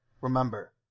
remember